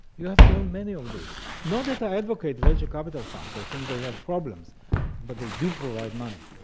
you have to have many of these. not that i advocate venture capital funds, i think they have problems but they do provide money.